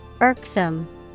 Irksome